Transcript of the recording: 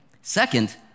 Second